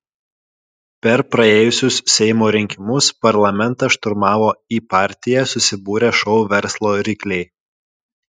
per praėjusius seimo rinkimus parlamentą šturmavo į partiją susibūrę šou verslo rykliai